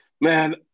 Man